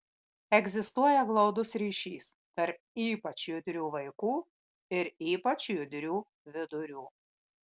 egzistuoja glaudus ryšys tarp ypač judrių vaikų ir ypač judrių vidurių